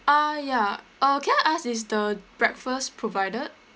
ah ya uh can I ask is the breakfast provided